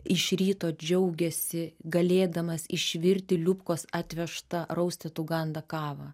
iš ryto džiaugiasi galėdamas išvirti liubkos atvežtą raustituganda kavą